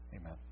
Amen